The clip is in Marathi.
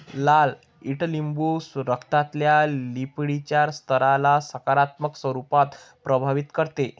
लाल ईडलिंबू रक्तातल्या लिपीडच्या स्तराला सकारात्मक स्वरूपात प्रभावित करते